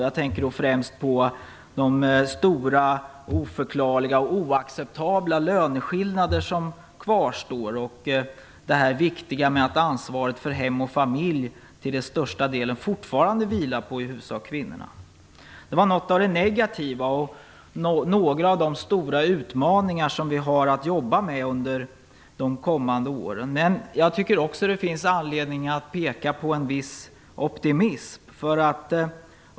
Jag tänker då främst på de stora, oförklarliga och oacceptabla löneskillnader som kvarstår och det viktiga med att ansvaret för hem och familj till största delen fortfarande vilar på kvinnorna. Detta var något av de negativa och några av de stora utmaningar som vi har att jobba med under de kommande åren. Å andra sidan tycker jag att det finns anledning att peka på en viss optimism.